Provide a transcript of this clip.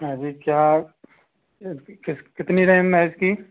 अरे क्या कितनी रैम है इसकी